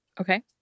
Okay